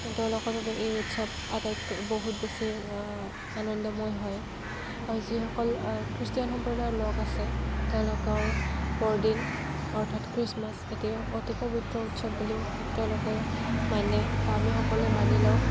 তেওঁলোকৰ বাবে এই উৎসৱ আটাইতকৈ বহুত বেছি আনন্দময় হয় যিসকল যিসকল খৃষ্টান সম্প্ৰদায়ৰ লোক আছে তেওঁলোকৰ বৰদিন অৰ্থাৎ খ্ৰীষ্টমাছ এটি অতি পবিত্ৰ উৎসৱ বুলি তেওঁলোকে মানে কাৰ্বিসকলে মানিলেও